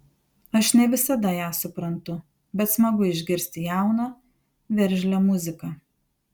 aš ne visada ją suprantu bet smagu išgirsti jauną veržlią muziką